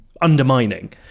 undermining